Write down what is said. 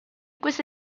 questa